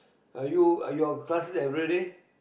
are you are your classes everyday